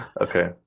Okay